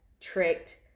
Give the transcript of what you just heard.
tricked